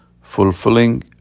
fulfilling